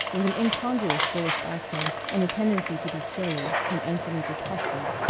with an incongruous british accent and a tendency to be surly, whom anthony detested.